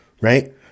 right